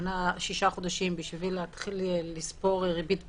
השישה חודשים בשביל להתחיל לספור ריבית פיגורים,